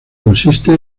consiste